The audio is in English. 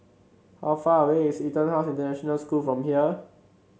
how far away is EtonHouse International School from here